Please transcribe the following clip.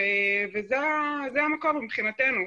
וזה המקור מבחינתנו.